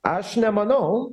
aš nemanau